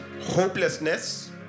hopelessness